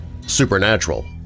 supernatural